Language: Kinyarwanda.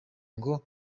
ngo